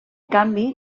canvi